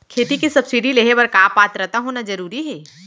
खेती के सब्सिडी लेहे बर का पात्रता होना जरूरी हे?